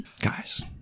Guys